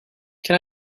can